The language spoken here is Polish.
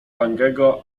langego